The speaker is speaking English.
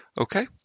Okay